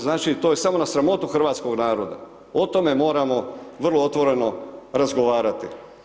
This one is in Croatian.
Znači to je samo na sramotu hrvatskog naroda, o tome moramo vrlo otvoreno razgovarati.